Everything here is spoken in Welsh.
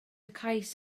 cais